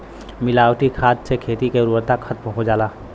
मिलावटी खाद से खेती के उर्वरता खतम हो जाला